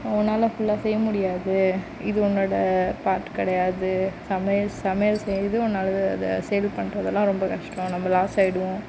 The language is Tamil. உன்னால் ஃபுல்லாக செய்ய முடியாது இது உன்னோட பார்ட் கிடையாது சமையல் சமையல் செய்யறது உன்னால் அதை சேல் பண்ணுறதுலாம் ரொம்ப கஷ்டம் நம்ப லாஸ் ஆய்டுவோம்